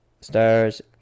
stars